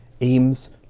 aims